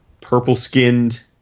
purple-skinned